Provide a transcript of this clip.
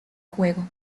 juego